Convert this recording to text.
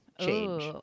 change